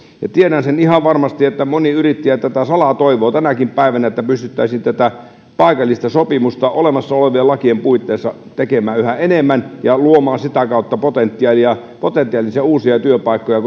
tiedän sen ihan varmasti että moni yrittäjä salaa toivoo tänäkin päivänä että pystyttäisiin tätä paikallista sopimista olemassa olevien lakien puitteissa tekemään yhä enemmän ja luomaan sitä kautta potentiaalisia uusia työpaikkoja